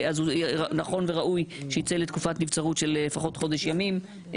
נכון וראוי שהוא ייצא לתקופת נבצרות של לפחות חודש ימים.